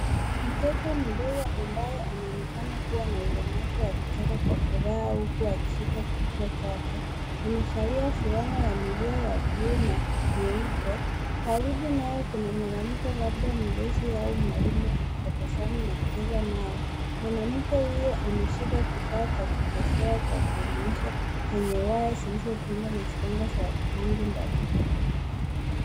Mtoto mdogo ambaye anaonekana kuwa na ulemavu akicheka kwa furaha uku akishika kichwa chake. Amevalia fulana ya milia ya blue na nyeupe. Karibu naye kuna mwanamke labda mlezi au mwalimu akitabasamu na kucheza naye. Mwanamke huyo ameshika kifaa cha kuchezea cha kuelimisha chenye waya zilizopinda na silanga za rangi mbalimbali.